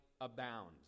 abound